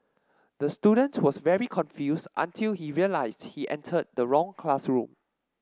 the student was very confused until he realised he entered the wrong classroom